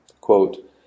Quote